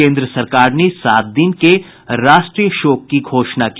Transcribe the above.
केंद्र सरकार ने सात दिन के राष्ट्रीय शोक की घोषणा की